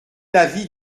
l’avis